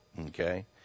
Okay